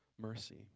mercy